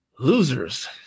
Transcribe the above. Losers